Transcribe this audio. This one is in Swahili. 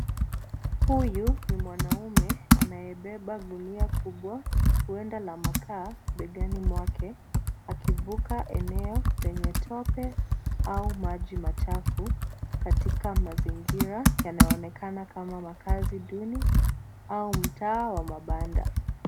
Huyu ni mwanaume anayebeba gunia kubwa huenda la makaa begani mwake akivuka eneo penye tope au maji machafu katika mazingira yanayoonekana kama makazi duni au mtaa wa mabanda.